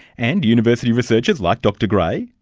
and university researchers like dr gray,